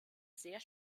sehr